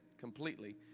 completely